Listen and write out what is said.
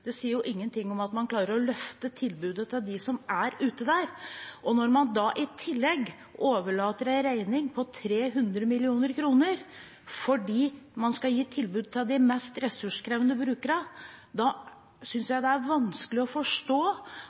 det sier ingenting om at man klarer å løfte tilbudet til dem som er der ute. Når man i tillegg overlater en regning på 300 mill. kr fordi man skal gi tilbud til de mest ressurskrevende brukerne, synes jeg det er vanskelig å forstå